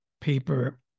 paper